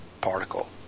particle